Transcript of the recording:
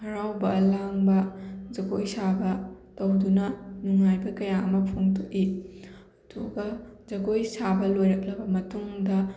ꯍꯔꯥꯎꯕ ꯂꯥꯡꯕ ꯖꯒꯣꯏ ꯁꯥꯕ ꯇꯧꯗꯨꯅ ꯅꯨꯡꯉꯥꯏꯕ ꯀꯌꯥ ꯑꯃ ꯐꯣꯡꯇꯣꯛꯏ ꯑꯗꯨꯒ ꯖꯒꯣꯏ ꯁꯥꯕ ꯂꯣꯏꯔꯛꯂꯕ ꯃꯇꯨꯡꯗ